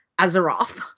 Azeroth